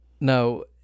No